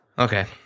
Okay